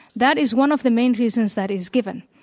that is one of the main reasons that is given.